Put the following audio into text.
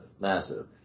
massive